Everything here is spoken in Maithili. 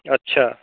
अच्छा